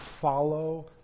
follow